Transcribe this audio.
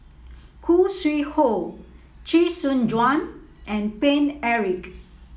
Khoo Sui Hoe Chee Soon Juan and Paine Eric